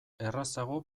errazago